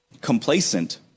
complacent